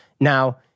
Now